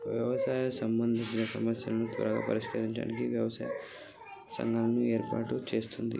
వ్యవసాయానికి సంబందిచిన సమస్యలను త్వరగా పరిష్కరించడానికి వ్యవసాయ సంఘాలను ఏర్పాటు చేస్తుంది